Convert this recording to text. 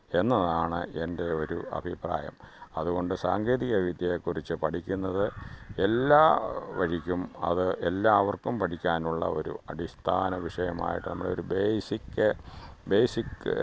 എന്നതാണ് എന്റെ ഒരു അഭിപ്രായം അതുകൊണ്ട് സാങ്കേതികവിദ്യയെ കുറിച്ച് പഠിക്കുന്നത് എല്ലാ വഴിക്കും അത് എല്ലാവര്ക്കും പഠിക്കാനുള്ള ഒരു അടിസ്ഥാന വിഷയമായിട്ട് നമ്മളൊരു ബേസിക്ക് ബേസിക്ക്